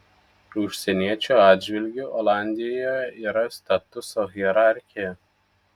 užsieniečių atžvilgiu olandijoje yra statuso hierarchija